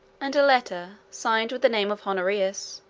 and a letter, signed with the name of honorius,